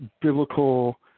biblical